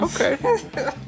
Okay